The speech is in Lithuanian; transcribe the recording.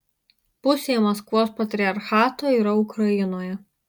pusė maskvos patriarchato yra ukrainoje